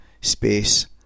space